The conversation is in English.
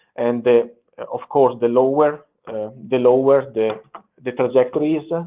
and the of course, the lower the lower the trajectory is, ah